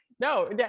no